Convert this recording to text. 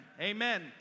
Amen